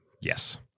Yes